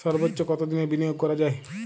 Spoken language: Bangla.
সর্বোচ্চ কতোদিনের বিনিয়োগ করা যায়?